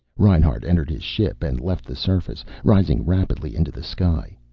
reinhart entered his ship and left the surface, rising rapidly into the sky.